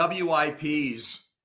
WIP's